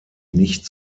nicht